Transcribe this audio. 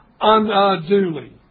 unduly